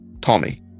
Tommy